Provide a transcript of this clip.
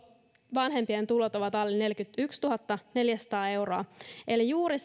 vanhempien tulot ovat alle neljäkymmentätuhattaneljäsataa euroa eli juuri